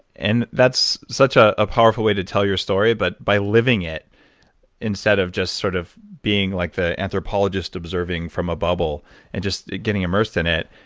and that's such a powerful way to tell your story, but by living it instead of just sort of being like the anthropologist observing from a bubble and just getting immersed in it.